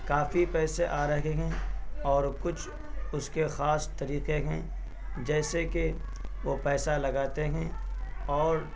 کافی پیسے آ رہے ہیں اور کچھ اس کے خاص طریقے ہیں جیسے کہ وہ پیسہ لگاتے ہیں اور